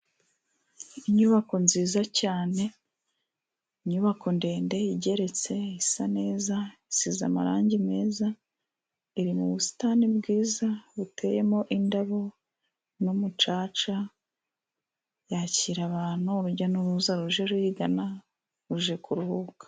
Inyubako nziza cyane, inyubako ndende igeretse, isa neza, isize amarangi meza, iri mu busitani bwiza, buteyemo indabo n'umucaca, yakira abantu, urujya n'uruza ruje ruyigana, ruje kuruhuka.